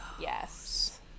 Yes